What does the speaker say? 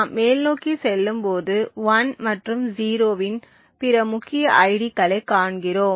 நாம் மேல்நோக்கிச் செல்லும்போது 1 மற்றும் 0 இன் பிற முக்கிய ஐடிகளைக் காண்கிறோம்